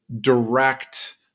direct